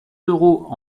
d’euros